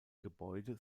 gebäude